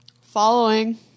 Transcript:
Following